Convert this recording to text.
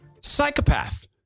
Psychopath